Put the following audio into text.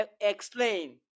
explain